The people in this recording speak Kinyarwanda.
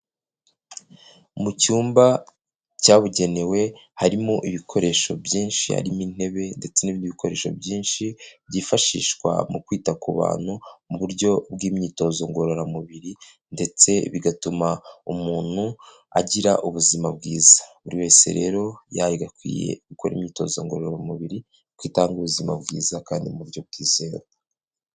Mu cyumba cyabugenewe harimo ibikoresho byinshi, harimo intebe ndetse n'ibindi bikoresho byinshi byifashishwa mu kwita ku bantu mu buryo bw'imyitozo ngororamubiri ndetse bigatuma umuntu agira ubuzima bwiza, buri wese rero yagakwiye gukora imyitozo ngororamubiri kuko itanga ubuzima bwiza kandi mu buryo bwizewe.